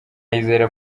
yizera